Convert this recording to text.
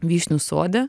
vyšnių sode